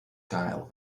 gael